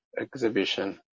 exhibition